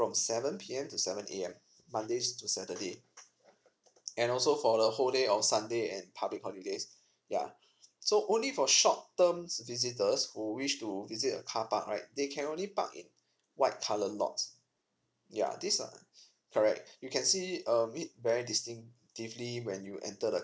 from seven P_M to seven A_M monday to saturday and also for the whole day of sunday and public holidays ya so only for short term visitors who wish to visit a carpark right they can only park it white colour lots ya this uh correct you can see um it very distinctively when you enter the